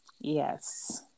Yes